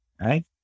right